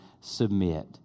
Submit